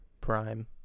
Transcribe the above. prime